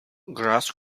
grass